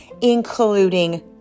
including